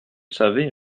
savez